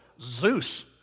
Zeus